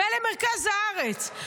ולמרכז הארץ,